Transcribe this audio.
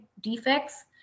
defects